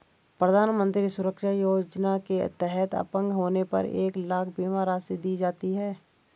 प्रधानमंत्री सुरक्षा योजना के तहत अपंग होने पर एक लाख बीमा राशि दी जाती है